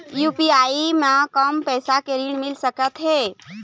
UPI म कम पैसा के ऋण मिल सकथे?